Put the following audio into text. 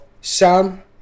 Sam